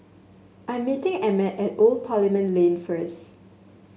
I'm meeting Emmett at Old Parliament Lane first